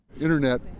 Internet